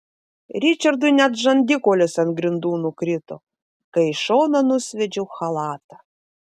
ričardui net žandikaulis ant grindų nukrito kai į šoną nusviedžiau chalatą